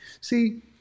See